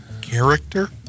character